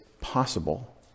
possible